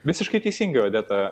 visiškai teisingai odeta